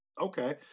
okay